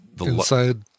Inside